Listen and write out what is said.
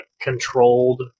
controlled